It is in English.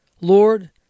Lord